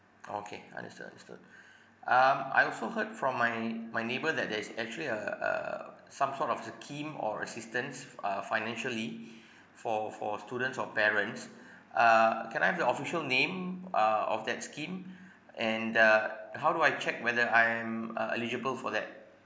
okay understood understood um I also heard from my my neighbour that there is actually a uh some sort of scheme or assistance uh financially for for students or parents uh can I have the official name uh of that scheme and uh how do I check whether I am uh eligible for that